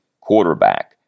quarterback